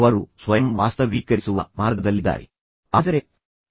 ಅವರು ಸ್ವಯಂ ವಾಸ್ತವೀಕರಿಸುವ ಮಾರ್ಗದಲ್ಲಿದ್ದಾರೆ ಹಾಗೆ ಮುಂತಾದವುಗಳು